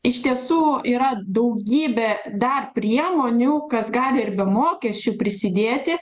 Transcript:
iš tiesų yra daugybė dar priemonių kas gali ir be mokesčių prisidėti